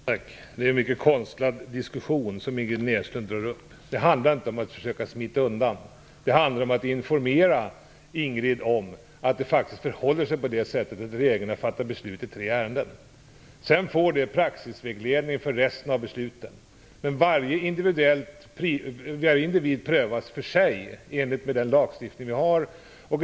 Fru talman! Det är en mycket konstlad diskussion som Ingrid Näslund drar upp. Det handlar inte om att försöka smita undan. Det handlar om att informera Ingrid Näslund om att regeringen faktiskt har fattat beslut i tre ärenden. Det ger sedan praxisvägledning för resten av besluten, men varje individ prövas var för sig i enlighet med den lagstiftning som vi har.